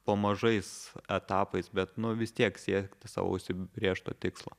po mažais etapais bet nu vis tiek siekti savo užsibrėžto tikslo